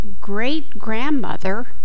great-grandmother